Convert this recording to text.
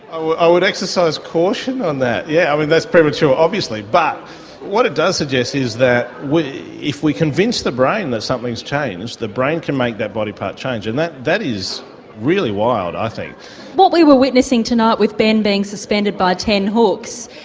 i would exercise caution on that, yeah, that's premature obviously but what it does suggest is that if we convince the brain that something's changed the brain can make that body part change and that that is really wild i think. what we were witnessing tonight with ben being suspended by ten hooks,